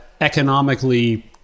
economically